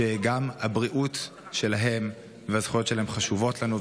שגם הבריאות שלהם והזכויות שלהם חשובות לנו,